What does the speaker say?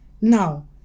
Now